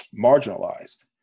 marginalized